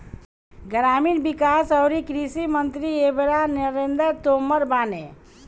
ग्रामीण विकास अउरी कृषि मंत्री एबेरा नरेंद्र तोमर बाने